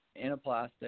anaplastic